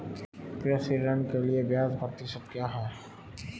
कृषि ऋण के लिए ब्याज प्रतिशत क्या है?